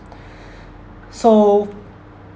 so